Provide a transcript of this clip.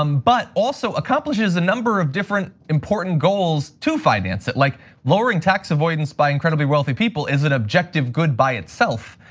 um but, also accomplishes a number of different important goals to finance it like lowering tax avoidance by incredibly wealthy people. is it objective good by itself?